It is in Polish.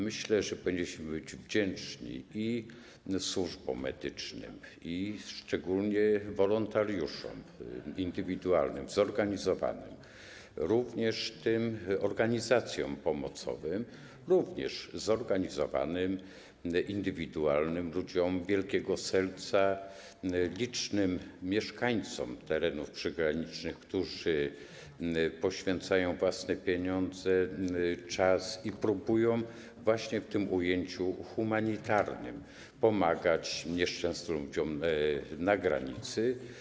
Myślę, że powinniśmy być wdzięczni i służbom medycznym, i szczególnie wolontariuszom indywidualnym, zorganizowanym, również organizacjom pomocowym, także zorganizowanym, indywidualnym, ludziom wielkiego serca, licznym mieszkańcom terenów przygranicznych, którzy poświęcają własne pieniądze, czas i próbują właśnie w tym ujęciu humanitarnym pomagać nieszczęsnym ludziom na granicy.